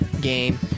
game